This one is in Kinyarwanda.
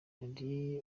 hari